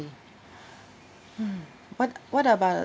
hmm what what about